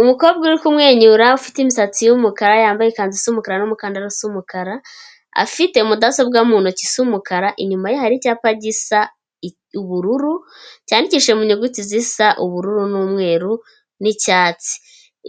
Umukobwa urikumwenyura ufite imisatsi y'umukara, yambaye ikanzu isa umukara n'umukandara usa umukara, afite mudasobwa mu ntoki isa umukara, inyuma ye hari icyapa gisa ubururu cyandikishije mu nyuguti zisa ubururu, n'umweru, n'icyatsi.